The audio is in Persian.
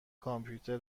کامپیوتر